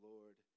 Lord